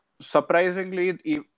Surprisingly